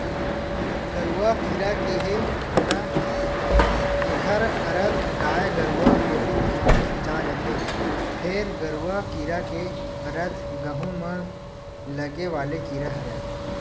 गरुआ कीरा केहे ल एखर अरथ गाय गरुवा कोती धियान खिंचा जथे, फेर गरूआ कीरा के अरथ गहूँ म लगे वाले कीरा हरय